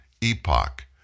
Epoch